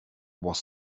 was